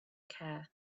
care